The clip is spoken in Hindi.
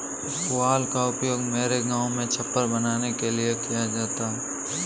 पुआल का उपयोग मेरे गांव में छप्पर बनाने के लिए किया जाता है